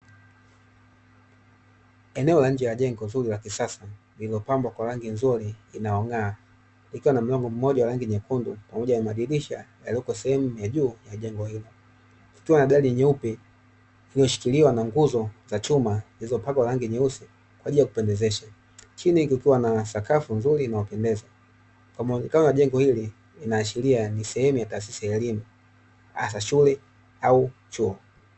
Eneo la nje ya jengo zuri la kisasa iliyo pambwa kwa rangi nzuri inayo ng'aa, ikiwa na mlango mmoja wa rangi nyekundu pamoja na madirisha yalioko sehemu ya juu ya jengo hilo. Kukiwa na gari jeupe ilioshikiria nguzo za chuma zilizopakwa rangi nyeusi kwa ajili ya kupendezesha, chini kukiwa na sakafu nzuri inayo pendeza. Kwa muonekano wa jengo hili inashiria ni sehemu ya Tasisi ya Elimu hasa shule au chuo.